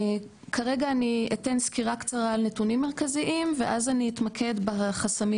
כרגע אני אתן סקירה קצרה על נתונים מרכזיים ואז אני אתמקד בחסמים